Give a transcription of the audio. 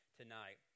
tonight